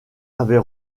avait